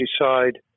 decide